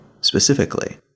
specifically